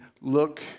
look